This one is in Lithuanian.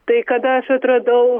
tai kada aš atradau